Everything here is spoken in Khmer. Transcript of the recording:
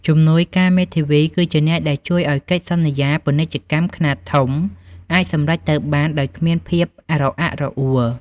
ជំនួយការមេធាវីគឺជាអ្នកដែលជួយឱ្យកិច្ចសន្យាពាណិជ្ជកម្មខ្នាតធំអាចសម្រេចទៅបានដោយគ្មានភាពរអាក់រអួល។